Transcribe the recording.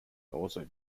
also